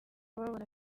babona